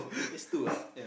this two ah